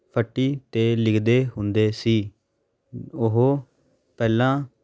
ਫੱਟੀ 'ਤੇ ਲਿਖਦੇ ਹੁੰਦੇ ਸੀ ਉਹ ਪਹਿਲਾਂ